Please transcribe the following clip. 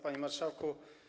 Panie Marszałku!